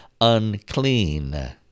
unclean